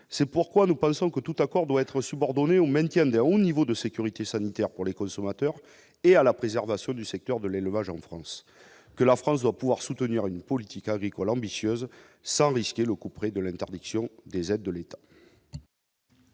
c'est pourquoi nous pensons que tout accord doit être subordonné au maintien de où niveau de sécurité sanitaire pour les consommateurs et à la préservation du secteur de l'élevage en France que la France doit pouvoir soutenir une politique agricole ambitieuse sans risquer le couperet de l'interdiction des aides de l'État.